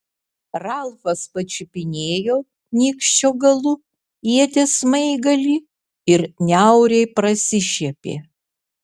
ralfas pačiupinėjo nykščio galu ieties smaigalį ir niauriai prasišiepė